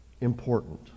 important